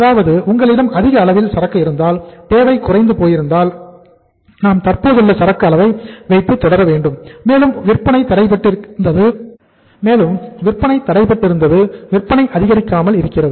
அதாவது உங்களிடம் அதிக அளவில் சரக்கு இருந்தால் தேவை குறைந்து போயிருந்தால் நாம் தற்போதுள்ள சரக்கு அளவை வைத்து தொடர வேண்டும் மேலும் விற்பனை தடைப்பட்டிருந்தது விற்பனை அதிகரிக்காமல் இருக்கிறது